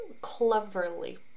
cleverly